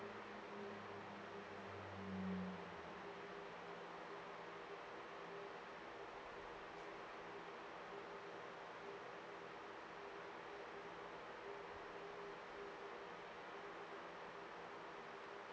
oh